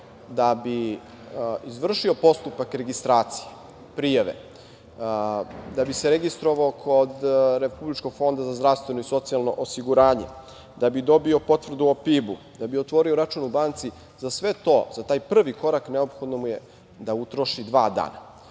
da bi izvršio postupak registracije, prijave, da bi se registrovao kod Republičkog fonda za zdravstveno i socijalno osiguranje, da bi dobio potvrdu o PIB-u, da bi otvorio račun u banci, za sve to, za taj prvi korak neophodno mu je da utroši dva dana.